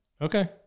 Okay